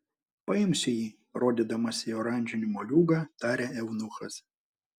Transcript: paimsiu jį rodydamas į oranžinį moliūgą tarė eunuchas